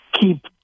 keep